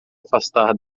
afastar